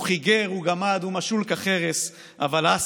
חיגר! הוא גמד! הוא משול כחרס! / אבל הס...